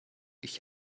ich